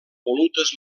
volutes